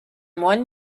one